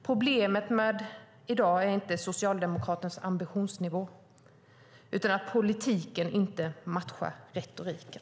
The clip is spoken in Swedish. Problemet i dag är inte Socialdemokraternas ambitionsnivå, utan det är att politiken inte matchar retoriken.